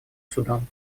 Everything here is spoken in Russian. судан